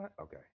Okay